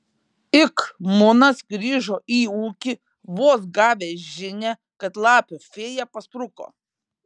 ik munas grįžo į ūkį vos gavęs žinią kad lapių fėja paspruko